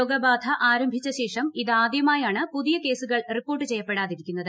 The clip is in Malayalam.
രോഗബാന ആരംഭിച്ച ശേഷം ഇത് ആദ്യമായാണ് പുതിയ കേസുകൾ റിപ്പോർട്ട് ചെയ്യപ്പെടാതിരിക്കുന്നത്